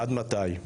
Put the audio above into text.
עד מתי?